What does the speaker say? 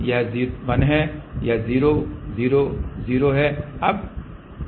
यह 1 है यह 0 0 0 हैं